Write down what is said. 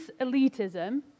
elitism